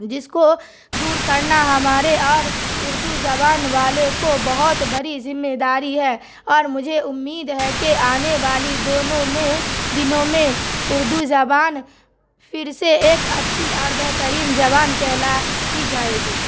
جس کو دور کرنا ہمارے اور اردو زبان والے کو بہت بڑی ذمہ داری ہے اور مجھے امید ہے کہ آنے والی دونوں میں دنوں میں اردو زبان پھر سے ایک اچھی اور بہترین زبان کہلائی جائے گی